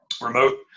remote